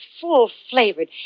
full-flavored